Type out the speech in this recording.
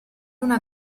una